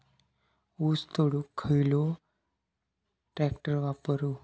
ऊस तोडुक खयलो ट्रॅक्टर वापरू?